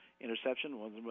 interception